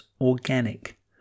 organic